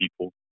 people